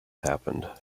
happened